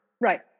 Right